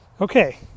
Okay